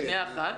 שנייה אחת.